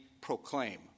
proclaim